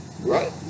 Right